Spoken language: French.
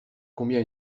combien